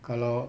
kalau